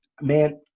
Man